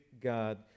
God